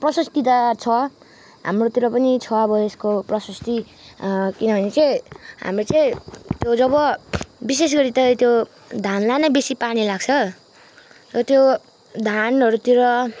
प्रशस्ति त छ हाम्रोतिर पनि छ अब यसको प्रशस्त किनभने चाहिँ हाम्रो चाहिँ त्यो जब विशेष गरि त त्यो धानलाई नै बेसी पानी लाग्छ र त्यो धानहरूतिर